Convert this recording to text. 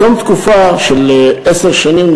בתום תקופה של עשר שנים,